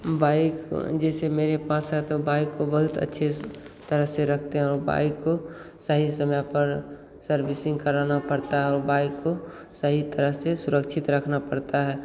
bike जैसे मेरे पास है तो बाइक को बहुत अच्छे से तरह से रखते हैं और वह बाइक को सही समय पर सर्विसिंग कराना पड़ता हूँ बाइक को सही तरह से सुरक्षित रखना पड़ता है